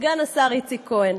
סגן השר איציק כהן,